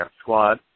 squad